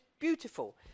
beautiful